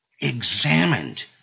Examined